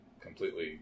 completely